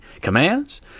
commands